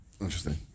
Interesting